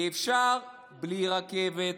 כי אפשר בלי רכבת,